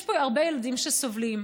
יש פה הרבה ילדים שסובלים.